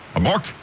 Mark